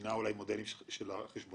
שינה אולי מודלים של חשבונאות,